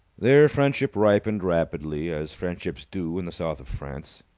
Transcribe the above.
their friendship ripened rapidly, as friendships do in the south of france.